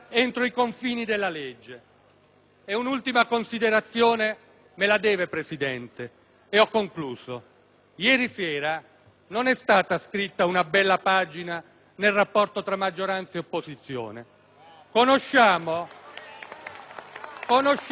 E un'ultima considerazione me la deve, Presidente, e ho concluso. Ieri sera non è stata scritta una bella pagina nel rapporto tra maggioranza e opposizione. *(Prolungati